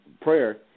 prayer